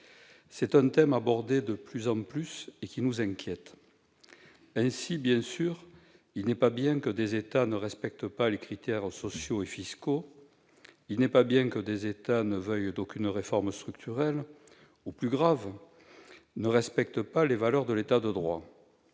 aides- un thème abordé de plus en plus souvent et qui nous préoccupe. Ainsi, bien sûr, il n'est pas bien que des États ne respectent pas les critères sociaux et fiscaux. Il n'est pas bien que des États ne veuillent aucune réforme structurelle ou, plus grave, ne respectent pas les valeurs de l'État de droit.